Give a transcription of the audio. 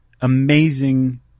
amazing